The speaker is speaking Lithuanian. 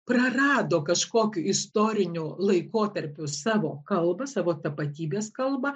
prarado kažkokiu istoriniu laikotarpiu savo kalbą savo tapatybės kalbą